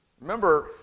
Remember